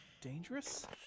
Dangerous